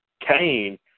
Cain